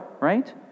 right